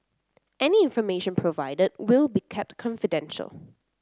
any information provided will be kept confidential